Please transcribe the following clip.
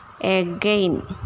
again